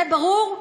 זה ברור?